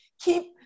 Keep